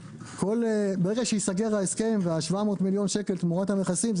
ברגע שייסגר ההסכם וה-700 מיליון שקל תמורת המכסים,